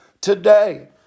today